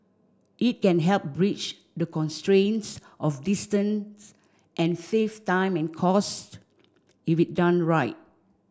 it can help bridge the constraints of distance and save time and costs if it done right